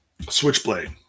switchblade